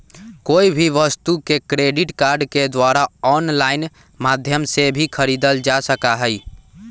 कोई भी वस्तु के क्रेडिट कार्ड के द्वारा आन्लाइन माध्यम से भी खरीदल जा सका हई